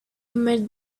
met